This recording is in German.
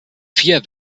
vier